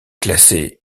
classé